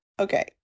Okay